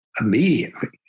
immediately